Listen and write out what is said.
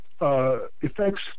effects